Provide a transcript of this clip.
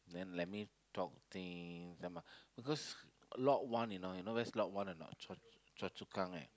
then let me talk things then my because Lot-One you know you where is Lot-One or not Chua Choa-Chu-Kang eh